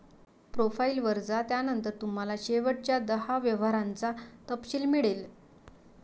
profile वर जा, त्यानंतर तुम्हाला शेवटच्या दहा व्यवहारांचा तपशील मिळेल